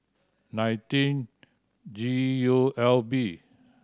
nineteen G U L B